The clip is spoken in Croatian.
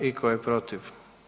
I tko je protiv?